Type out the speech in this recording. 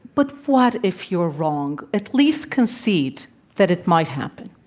but what if you're wrong? at least concede that it might happen.